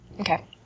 Okay